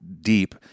deep